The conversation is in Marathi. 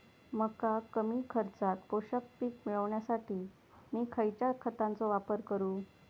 मका कमी खर्चात पोषक पीक मिळण्यासाठी मी खैयच्या खतांचो वापर करू?